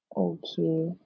okay